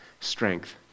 strength